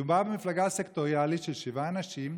מדובר במפלגה סקטוריאלית של שבעה אנשים,